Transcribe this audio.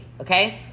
okay